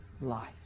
life